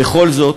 וכל זאת,